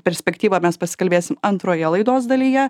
perspektyvą mes pasikalbėsim antroje laidos dalyje